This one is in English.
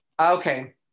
Okay